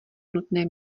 nutné